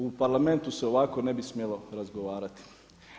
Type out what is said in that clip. U Parlamentu se ovako ne bi smjelo razgovarati.